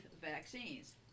vaccines